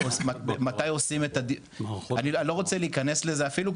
מתי עושים את ה- אני לא רוצה להיכנס לזה אפילו,